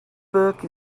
book